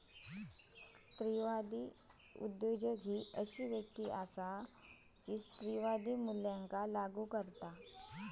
स्त्रीवादी उद्योजक ही अशी व्यक्ती असता जी स्त्रीवादी मूल्या लागू करता